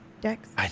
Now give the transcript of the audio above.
Dex